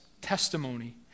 testimony